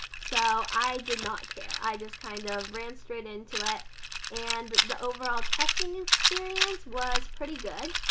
so i did not care i just kind of ran straight into it and the overall testing experience was pretty good.